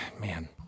Man